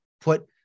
put